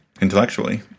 intellectually